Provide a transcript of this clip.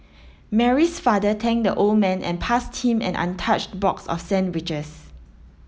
Mary's father thanked the old man and passed him an untouched box of sandwiches